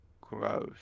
gross